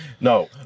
No